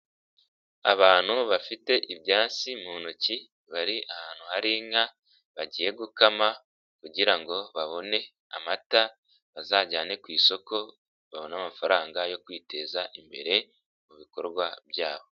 Abantu bafite ibyansi mu ntoki bari ahantu hari inka bagiye gukama kugirango ngo babone amata bazajyane ku isoko babone amafaranga yo kwiteza imbere mubikorwa byabo.